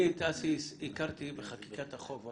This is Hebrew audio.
אני את אסי הכרתי בחקיקת החוק של